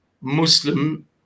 Muslim